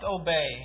obey